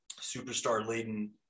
superstar-laden